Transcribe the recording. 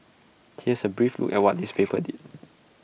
here's A brief look at what these papers did